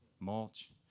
Mulch